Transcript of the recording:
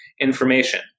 information